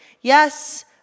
Yes